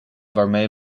waarmee